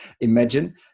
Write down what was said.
imagine